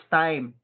time